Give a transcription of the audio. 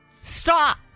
Stop